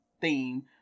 theme